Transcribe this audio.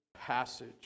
passage